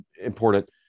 important